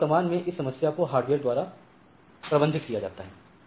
फिलहाल वर्तमान में इस समस्या को हार्डवेयर द्वारा प्रबंधित किया जाता है